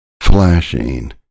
flashing